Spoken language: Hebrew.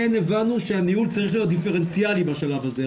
כן הבנו שהניהול צריך להיות דיפרנציאלי בשלב הזה.